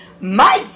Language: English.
Mike